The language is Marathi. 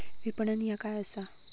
विपणन ह्या काय असा?